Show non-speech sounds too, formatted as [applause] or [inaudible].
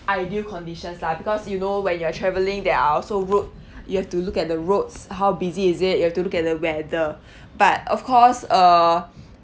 ideal conditions lah because you know when you are traveling there are also road [breath] you have to look at the roads how busy is it you have to look at the weather [breath] but of course uh